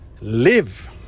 live